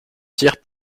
tiers